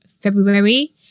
February